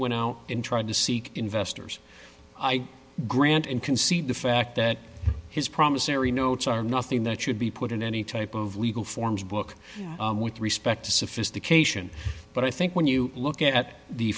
went out and tried to seek investors i grant and concede the fact that his promise ery notes are nothing that should be put in any type of legal forms book with respect to sophistication but i think when you look at the